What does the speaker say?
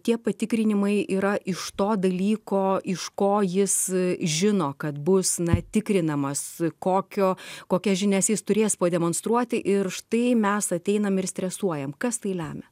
tie patikrinimai yra iš to dalyko iš ko jis žino kad bus tikrinamas kokio kokias žinias jis turės pademonstruoti ir štai mes ateinam ir stresuojam kas tai lemia